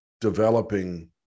developing